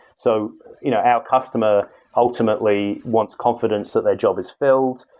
so you know our customer ultimately wants confidence that their job is filled.